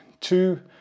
two